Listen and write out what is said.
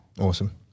Awesome